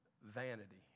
vanity